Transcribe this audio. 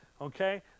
Okay